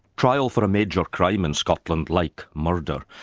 trial for a major crime in scotland like murder,